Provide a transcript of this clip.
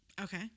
Okay